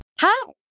Hi